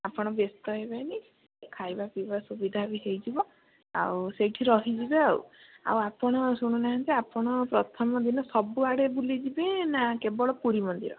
ଆପଣ ବ୍ୟସ୍ତ ହେବେନି ଖାଇବା ପିଇବା ସୁବିଧା ବି ହେଇଯିବ ଆଉ ସେଇଠି ରହିଯିବେ ଆଉ ଆଉ ଆପଣ ଶୁଣୁନାହାନ୍ତି ଆପଣ ପ୍ରଥମ ଦିନ ସବୁଆଡ଼େ ବୁଲିଯିବେ ନା କେବଳ ପୁରୀ ମନ୍ଦିର